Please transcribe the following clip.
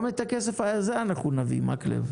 גם את הכסף הזה אנחנו נביא, מקלב.